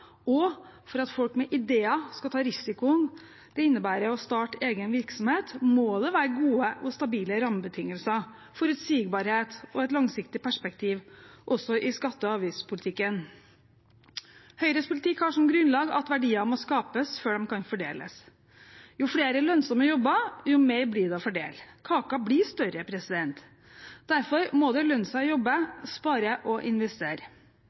og for at folk med ideer skal ta risikoen det innebærer å starte egen virksomhet, må det være gode og stabile rammebetingelser, forutsigbarhet og et langsiktig perspektiv, også i skatte- og avgiftspolitikken. Høyres politikk har som grunnlag at verdier må skapes før de kan fordeles. Jo flere lønnsomme jobber, jo mer blir det å fordele. Kaken blir større. Derfor må det lønne seg å jobbe, spare og investere.